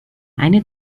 eine